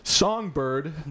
Songbird